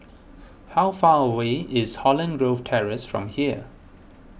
how far away is Holland Grove Terrace from here